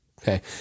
Okay